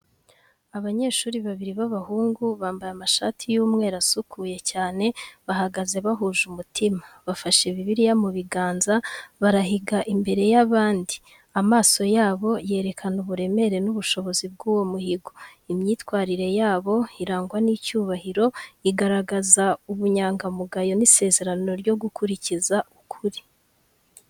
Abanyeshuri babiri b’abahungu bambaye amashati y’umweru asukuye cyane bahagaze bahuje umutima. Bafashe Bibiliya mu biganza, barahiga imbere y’abandi, amaso yabo yerekana uburemere n’ubushishozi bw'uwo muhigo. Imyitwarire yabo irangwa n’icyubahiro, igaragaza ubunyangamugayo n’isezerano ryo gukurikiza ukuri.